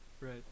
Right